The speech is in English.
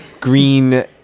green